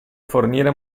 fornire